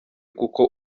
kuko